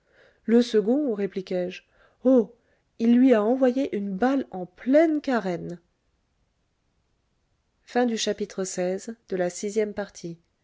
le second répliquai-je oh il lui a envoyé une balle en pleine carène